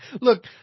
Look